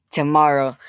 Tomorrow